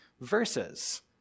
verses